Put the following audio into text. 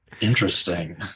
Interesting